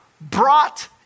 brought